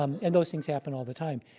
um and those things happen all the time.